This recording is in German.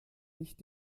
nicht